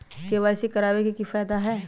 KYC करवाबे के कि फायदा है?